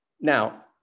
Now